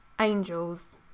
angels